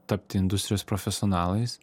tapti industrijos profesionalais